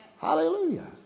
Hallelujah